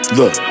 Look